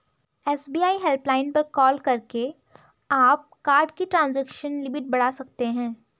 SBI helpline पर call करके आप कार्ड की ट्रांजैक्शन लिमिट बढ़ा सकते हैं